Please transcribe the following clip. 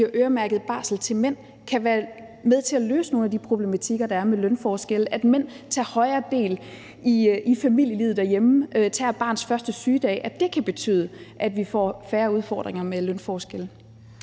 har øremærket barsel til mænd, kan være med til at løse nogle af de problematikker, der er med lønforskelle, og at mænd tager større del i familielivet derhjemme og tager en barns første sygedag, og at det kan betyde, at vi får færre udfordringer med lønforskelle.